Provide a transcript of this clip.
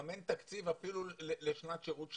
גם אין תקציב אפילו לשנת שירות שנייה,